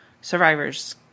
survivors